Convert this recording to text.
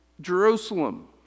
Jerusalem